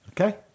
Okay